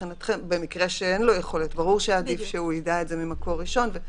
במקרה שאין לו יכולת ברור שעדיף שהוא יידע את זה ממקור ראשון,